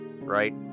right